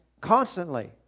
constantly